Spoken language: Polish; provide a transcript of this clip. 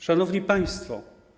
Szanowni Państwo!